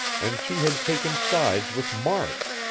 and she had taken sides with mark,